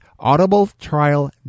Audibletrial